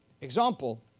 Example